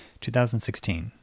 2016